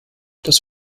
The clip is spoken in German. das